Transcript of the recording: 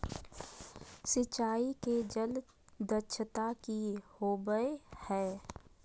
सिंचाई के जल दक्षता कि होवय हैय?